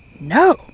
no